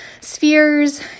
spheres